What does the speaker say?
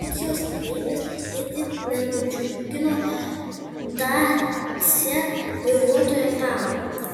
policijos reidas itin nenudžiugino dacia vairuotojo tado